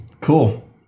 Cool